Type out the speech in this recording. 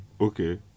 Okay